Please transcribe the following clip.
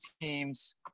teams